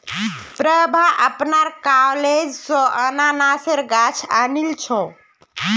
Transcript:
प्रभा अपनार कॉलेज स अनन्नासेर गाछ आनिल छ